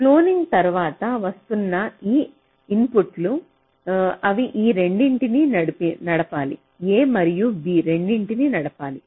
cloning తర్వాత వస్తున్న ఈ ఇన్పుట్లు అవి ఈ రెండింటినీ నడపాలి A మరియు B రెండింటినీ నడపాలి